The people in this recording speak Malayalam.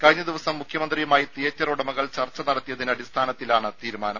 കഴിഞ്ഞ ദിവസം മുഖ്യമന്ത്രിയുമായി തിയേറ്റർ ഉടമകൾ ചർച്ച നടത്തിയതിന്റെ അടിസ്ഥാനത്തിലാണ് തീരുമാനം